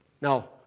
Now